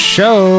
Show